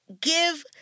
Give